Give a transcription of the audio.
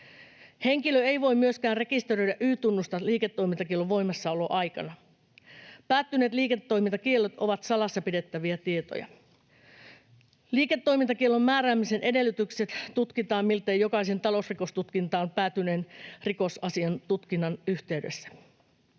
Henkilö ei voi myöskään rekisteröidä Y-tunnusta liiketoimintakiellon voimassaoloaikana. Päättyneet liiketoimintakiellot ovat salassa pidettäviä tietoja. Liiketoimintakiellon määräämisen edellytykset tutkitaan miltei jokaisen talousrikostutkintaan päätyneen rikosasian tutkinnan yhteydessä.